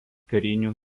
karinių